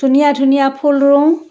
ধুনীয়া ধুনীয়া ফুল ৰুওঁ